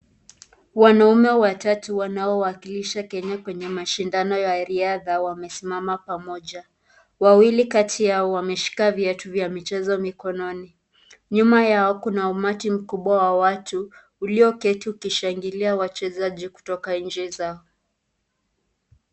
Wanaume watatu wano wakilisha Kenya kwenye mashindano ya riadha wamesimama pamoja wawili kati yao wameshika viatu vya michezo mikononi. Nyuma yao kuna umati mkubwa wa watu ulioketi ukishangilia wachezaji kutoka nchi zao.